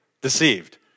deceived